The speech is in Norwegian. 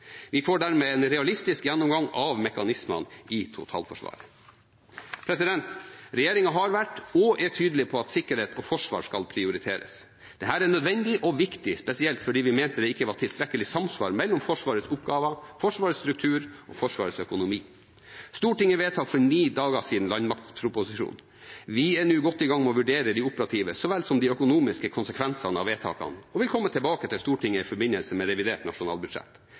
Vi får dermed en realistisk gjennomgang av mekanismene i totalforsvaret. Regjeringen har vært, og er, tydelig på at sikkerhet og forsvar skal prioriteres. Dette er nødvendig og viktig, spesielt fordi vi mente det ikke var tilstrekkelig samsvar mellom Forsvarets oppgaver, Forsvarets struktur og Forsvarets økonomi. Stortinget vedtok for ni dager siden landmaktproposisjonen. Vi er nå godt i gang med å vurdere de operative så vel som de økonomiske konsekvensene av vedtakene og vil komme tilbake til Stortinget i forbindelse med revidert nasjonalbudsjett.